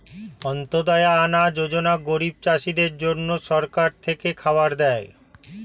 অন্ত্যদায়া আনা যোজনা গরিব চাষীদের জন্য সরকার থেকে খাবার দেয়